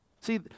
See